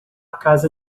casa